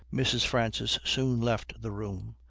mrs. francis soon left the room,